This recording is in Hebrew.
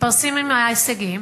מתפרסמים ההישגים,